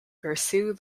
pursue